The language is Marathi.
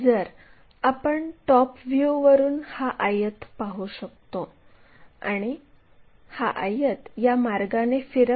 तर आपण टॉप व्ह्यूवरून हा आयत पाहू शकतो आणि हा आयत या मार्गाने फिरवला